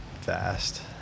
fast